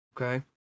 okay